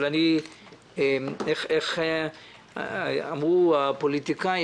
אבל איך אמרו הפוליטיקאים,